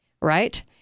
Right